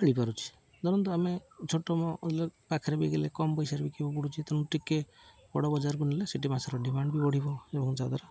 ମିଳିପାରୁଛି ଧରନ୍ତୁ ଆମେ ଛୋଟ ମ ପାଖରେ ବି ଗଲେ କମ୍ ପଇସାରେ ବିିକିବାକୁ ପଡ଼ୁଛି ତେଣୁ ଟିକେ ବଡ଼ ବଜାରକୁ ନେଲେ ସେଠି ମାଛର ଡ଼ିମାଣ୍ଡ ବି ବଢ଼ିବ ଏବଂ ଯଦ୍ୱାରା